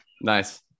nice